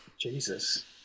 Jesus